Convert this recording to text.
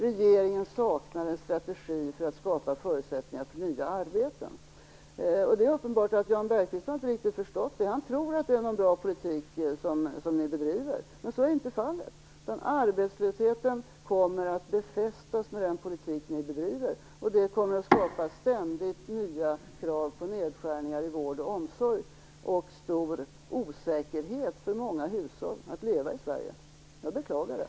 Regeringen saknar en strategi för att skapa förutsättningar för nya arbeten. Det är uppenbart att Jan Bergqvist inte riktigt har förstått det. Han tror att det är en bra politik ni bedriver. Men så är inte fallet. Arbetslösheten kommer att befästas med den politik ni bedriver. Det kommer att skapa ständigt nya krav på nedskärningar i vård och omsorg och dessutom en stor osäkerhet i många hushåll när det gäller att leva i Sverige. Jag beklagar det.